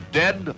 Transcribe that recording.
dead